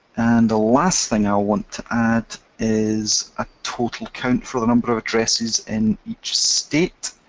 and the last thing i want to add is a total count for the number of addresses in each state,